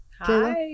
hi